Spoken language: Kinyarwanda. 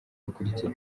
bakurikira